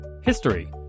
History